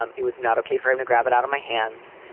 um it was not okay for him to grab it out of my hands.